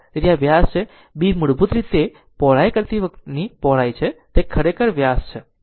તેથી આ આ વ્યાસ છે b મૂળભૂત રીતે પહોળાઈ કરતી વખતે પહોળાઈ છે તે ખરેખર વ્યાસનું બરાબર છે